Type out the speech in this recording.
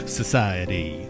society